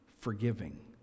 forgiving